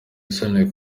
isoni